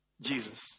Jesus